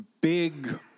big